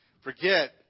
forget